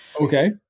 Okay